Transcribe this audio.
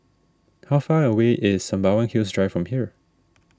how far away is Sembawang Hills Drive from here